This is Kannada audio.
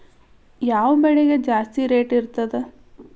ಯಾವ ಬೆಳಿಗೆ ಜಾಸ್ತಿ ರೇಟ್ ಇರ್ತದ?